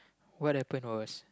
what happen was